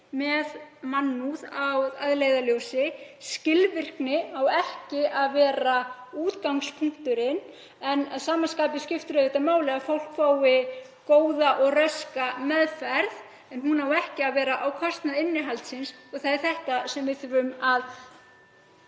með mannúð að leiðarljósi, skilvirkni á ekki að vera útgangspunkturinn. Að sama skapi skiptir auðvitað máli að fólk fái góða og raska meðferð, en hún á ekki að vera á kostnað innihaldsins. Það er þetta sem við þurfum að